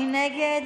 מי נגד?